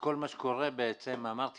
כל מה שקורה בעצם ואמרתי